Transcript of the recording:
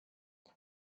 det